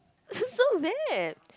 so so bad